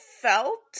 felt